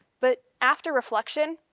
but after reflection,